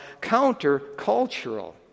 counter-cultural